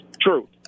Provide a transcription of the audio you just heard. True